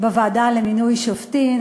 בוועדה למינוי שופטים,